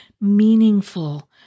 meaningful